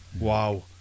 Wow